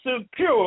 secure